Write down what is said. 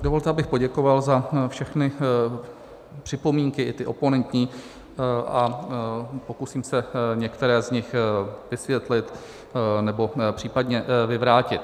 Dovolte, abych poděkoval za všechny připomínky, i ty oponentní, a pokusím se některé z nich vysvětlit, nebo případně vyvrátit.